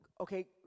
Okay